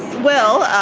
well